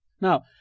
Now